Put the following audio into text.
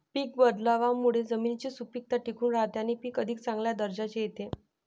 पीक बदलावामुळे जमिनीची सुपीकता टिकून राहते आणि पीक अधिक चांगल्या दर्जाचे येते